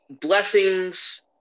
blessings